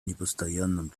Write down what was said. непостоянном